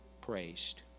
praised